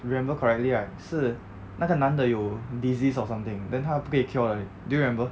remember correctly right 是那个男的有 disease or something then 他不可以 cure 的 do you remember